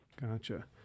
Gotcha